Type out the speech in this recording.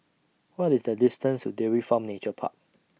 What IS The distance to Dairy Farm Nature Park